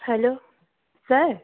hello sir